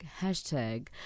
hashtag